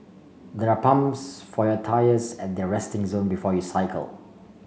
there are pumps for your tyres at the resting zone before you cycle